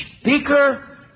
speaker